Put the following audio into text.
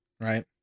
right